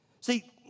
See